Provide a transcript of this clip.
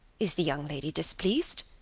is the young lady displeased?